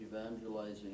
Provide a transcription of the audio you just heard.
Evangelizing